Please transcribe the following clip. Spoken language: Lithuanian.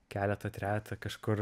keletą trejetą kažkur